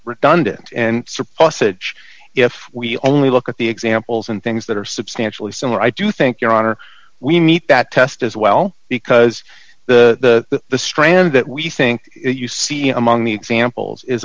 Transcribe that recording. redundant and suppose if we only look at the examples and things that are substantially similar i do think your honor we meet that as well because the the strand that we think you see among the examples is